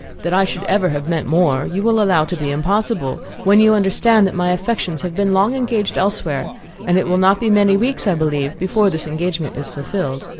that i should ever have meant more you will allow to be impossible, when you understand that my affections have been long engaged elsewhere, and it will not be many weeks, i believe, before this engagement is fulfilled.